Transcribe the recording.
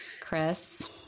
Chris